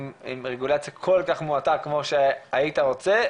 עם רגולציה כל כך מועטה כמו שהיית רוצה,